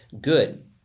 Good